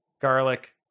garlic